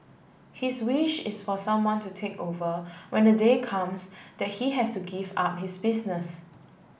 his wish is for someone to take over when the day comes that he has to give up his business